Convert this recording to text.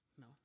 No